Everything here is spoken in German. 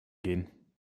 gehen